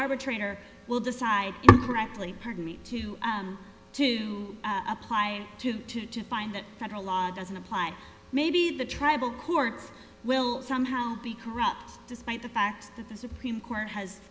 arbitrator will decide rightly pardon me to to apply to two to find that federal law doesn't apply maybe the tribal courts will somehow be corrupt despite the fact that the supreme court has